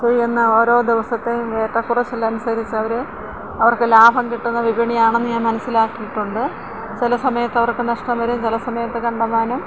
ചെയ്യുന്ന ഓരോ ദിവസത്തെയും എറ്റക്കിറച്ചിലനുസരിച്ചവര് അവർക്ക് ലാഭം കിട്ടുന്ന വിപണിയാണെന്ന് ഞാൻ മനസ്സിലാക്കിയിട്ടുണ്ട് ചില സമയത്തവർക്ക് നഷ്ടം വരും ചില സമയത്ത് കണ്ടമാനം